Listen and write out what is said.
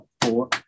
four